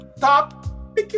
top